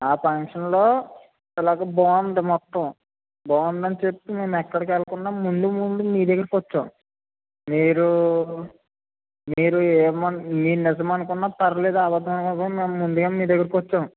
ఫంక్షన్లో ఇలాగ బాగుంది మొత్తం బాగుంది అని చెప్పి మేము ఎక్కడికి వెళ్లకుండా ముందు ముందు మీ దగ్గరకి వచ్చాం మీరు మీరు ఏమనుకు మీరు నిజం అనుకున్న పర్లేదు అబద్దం అనుకున్న ముందుగానే మీ దగ్గరకి వచ్చాం